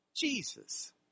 Jesus